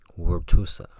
Wurtusa